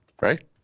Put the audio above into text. Right